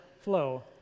flow